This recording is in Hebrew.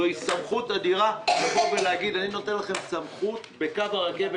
זוהי סמכות אדירה להגיד: אני נותן לכם סמכות בקו הרכבת